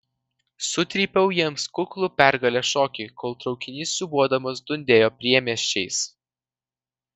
sutrypiau jiems kuklų pergalės šokį kol traukinys siūbuodamas dundėjo priemiesčiais